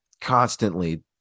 constantly